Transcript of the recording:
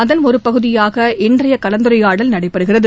அதன் ஒரு பகுதியாக இன்றைய கலந்துரையாடல் நடைபெறுகிறது